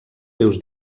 seus